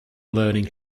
learning